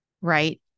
right